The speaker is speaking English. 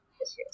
yes